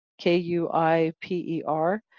K-U-I-P-E-R